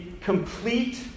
complete